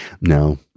No